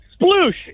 Sploosh